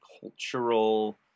cultural